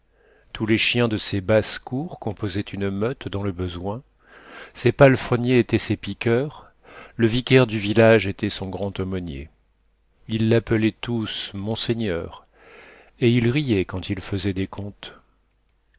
tous les chiens de ses basses-cours composaient une meute dans le besoin ses palefreniers étaient ses piqueurs le vicaire du village était son grand-aumônier ils l'appelaient tous monseigneur et ils riaient quand il fesait des contes